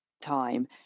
time